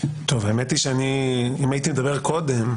האמת היא שאם הייתי מדבר קודם,